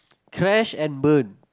crash and burn